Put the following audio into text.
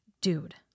Dude